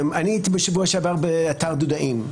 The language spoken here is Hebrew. אני הייתי בשבוע שעבר באתר דודאים.